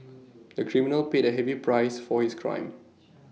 the criminal paid A heavy price for his crime